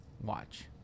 watch